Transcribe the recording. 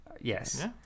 Yes